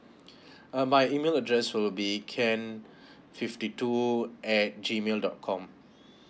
uh my email address will be ken fifty two at G mail dot com